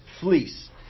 fleece